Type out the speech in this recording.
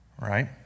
right